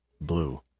blue